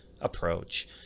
approach